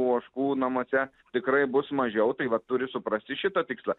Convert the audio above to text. ožkų namuose tikrai bus mažiau tai vat turi suprasti šitą tikslą